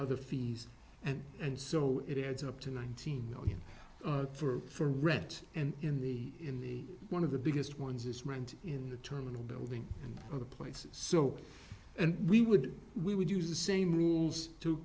other fees and and so it adds up to nineteen million for red and in the in the one of the biggest ones is rent in the terminal building and other places so and we would we would use the same rules to